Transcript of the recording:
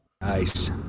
Nice